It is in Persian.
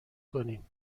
کنیم